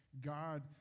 God